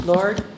Lord